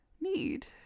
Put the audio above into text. need